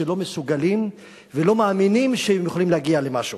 שלא מסוגלים ולא מאמינים שהם יכולים להגיע למשהו.